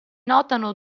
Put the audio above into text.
notano